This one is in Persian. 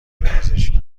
پزشکی